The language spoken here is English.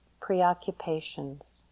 preoccupations